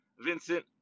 Vincent